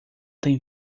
tem